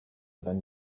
than